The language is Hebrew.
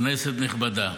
כנסת נכבדה,